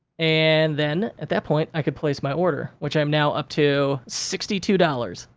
and then, at that point, i could place my order, which i'm now up to sixty two dollars,